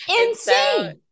Insane